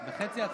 היא לא